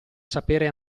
sapere